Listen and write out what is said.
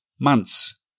months